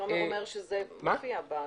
תומר אומר שזה מופיע בתקנות.